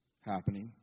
happening